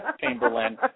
Chamberlain